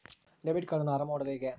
Debit ಕಾರ್ಡನ್ನು ಆರಂಭ ಮಾಡೋದು ಹೇಗೆ?